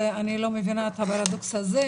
ואני לא מבינה את הפרדוקס הזה,